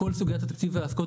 כל סוגיית התקציב וההפקעות,